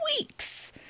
weeks